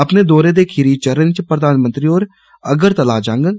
अपने दौरे दे खीरी चरण च प्रधानमंत्री होर अगरतला जांगन